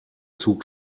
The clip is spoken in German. zug